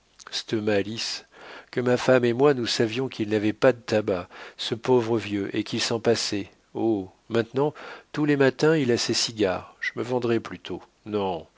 malice que ma femme et moi nous savions qu'il n'avait pas de tabac ce pauvre vieux et qu'il s'en passait oh maintenant tous les matins il a ses cigares je me vendrais plutôt non